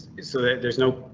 is so that there's no,